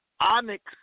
Onyx